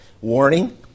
Warning